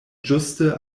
ĝuste